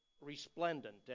resplendent